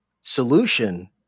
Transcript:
solution